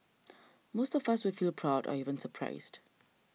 most of us would feel proud or even surprised